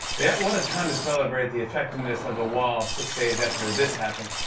yeah, what a time to celebrate the effectiveness of a wall six days after this happened.